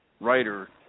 writer